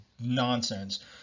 nonsense